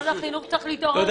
משרד החינוך צריך להתעורר.